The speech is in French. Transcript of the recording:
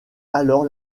alors